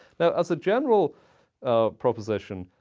now, as a general proposition,